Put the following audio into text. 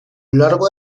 largo